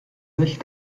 sich